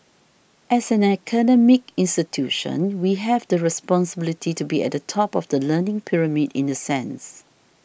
as an academic institution we have the responsibility to be at the top of the learning pyramid in the sense